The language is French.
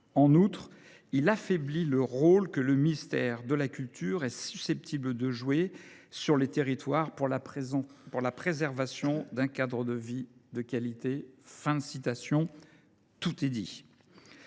en outre, il affaiblit le rôle que le ministère de la culture est susceptible de jouer sur les territoires pour la préservation d’un cadre de vie de qualité. »